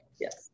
Yes